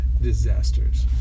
disasters